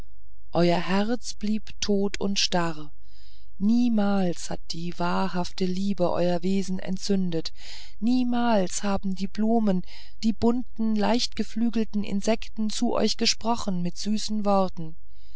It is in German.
euer herz blieb tot und starr niemals hat die wahrhafte liebe euer wesen entzündet niemals haben die blumen die bunten leichtgeflügelten insekten zu euch gesprochen mit süßen worten